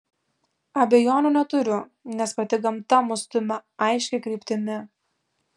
abejonių neturiu nes pati gamta mus stumia aiškia kryptimi